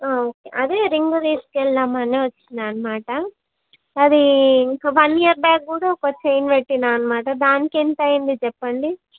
okay అదే ring తీసుకెళదామని వచ్చాను అన్నమాట అదీ వన్ ఇయర్ బ్యాక్ కూడా ఒక చైన్ పెట్టాను అన్నమాట దానికెంత అయ్యింది చెప్పండి